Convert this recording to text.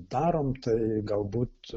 darom tai galbūt